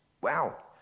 Wow